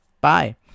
Bye